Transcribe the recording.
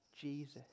Jesus